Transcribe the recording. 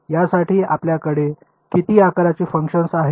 यासाठी आपल्याकडे किती आकारांची फंक्शन आहेत